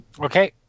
Okay